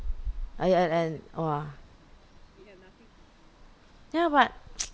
and and and !wah! ya but